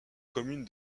commune